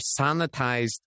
sanitized